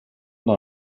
dans